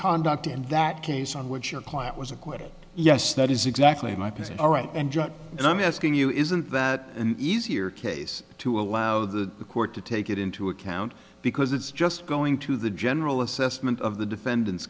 conduct in that case on which your client was acquitted yes that is exactly my piece alright and judge and i'm asking you isn't that an easier case to allow the court to take it into account because it's just going to the general assessment of the defendant's